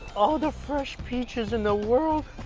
all the fresh peaches in the world,